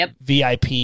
VIP